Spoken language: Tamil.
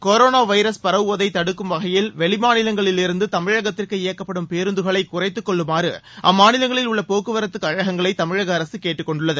கொரோனா வைரஸ் பரவுவதை தடுக்கும் வகையில் வெளிமாநிலங்களிலிருந்து தமிழகத்திற்கு இயக்கப்படும் பேருந்துகளை குறைத்துக் கொள்ளுமாறு அம்மாநிலங்களில் உள்ள போக்குவரத்துக் கழகங்களை தமிழக அரசு கேட்டுக் கொண்டுள்ளது